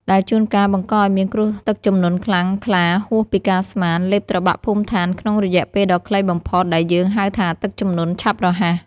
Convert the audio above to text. ដែលជួនកាលបង្កឱ្យមានគ្រោះទឹកជំនន់ខ្លាំងក្លាហួសពីការស្មាន លេបត្របាក់ភូមិឋានក្នុងរយៈពេលដ៏ខ្លីបំផុត ដែលយើងហៅថាទឹកជំនន់ឆាប់រហ័ស។